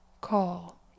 call